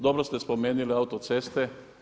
Dobro ste spomenuli autoceste.